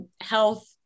health